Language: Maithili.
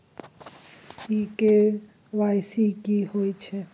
इ के.वाई.सी की होय छै?